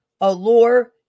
Allure